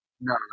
No